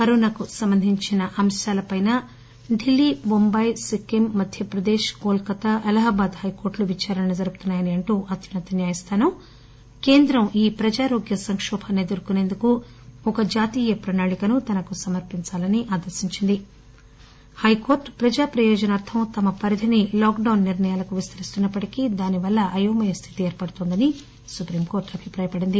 corona నాకు సంబంధించిన అంశాలపైనా Delhi Bombay Sikkim Madhya Pradesh Calcutta Allahabad high court విచారణలు జరుపుతున్నాయని అంటూ అత్యున్నత న్యాయస్థానం కేంద్రం ఈ ప్రజారోగ్య సంకోభాన్ని ఎదుర్కొనేందుకు ఒక జాతీయ ప్రణాళికను తనకు సమర్పించాలని ఆదేశించింది హైకోర్టు ప్రజాప్రయోజనార్దం తమ పరిధిని లాక్డాన్ నిర్ణయాలకు విస్తరిస్తున్న ప్పటికీ దానివల్ల అయోమయ స్టితి ఏర్పడుతోందని సుప్రీంకోర్టు అభిప్రాయపడింది